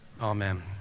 Amen